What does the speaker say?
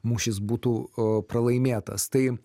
mūšis būtų pralaimėtas tai